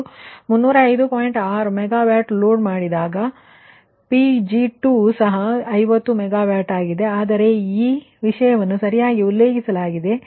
6 megawatt load ಮಾಡಿದಾಗ Pg2 ಸಹ 50 megawatt ಆಗಿದೆ ಆದರೆ ಈ ವಿಷಯವನ್ನು ಸರಿಯಾಗಿ ಉಲ್ಲೇಖಿಸಲಾಗಿದೆ ಎಂದು ಈಗಾಗಲೇ ನಿಮಗೆ ತಿಳಿದಿದೆ